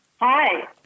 Hi